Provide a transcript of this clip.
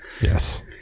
yes